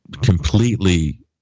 completely